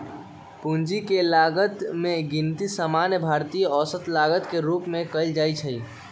पूंजी के लागत के गिनती सामान्य भारित औसत लागत के रूप में कयल जाइ छइ